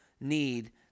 need